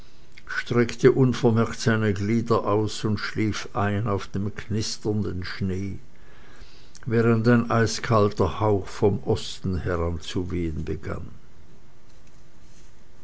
streckte unvermerkt seine glieder aus und schlief ein auf dem knisternden schnee während ein eiskalter hauch von osten heranzuwehen begann